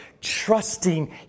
trusting